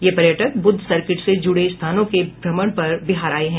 ये पर्यटक बुद्ध सर्किट से जुड़े स्थानों को भ्रमण पर बिहार आए हैं